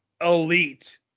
elite